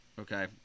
okay